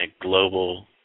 global